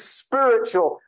spiritual